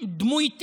דמוי טיל.